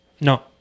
no